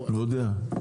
לא יודע.